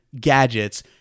gadgets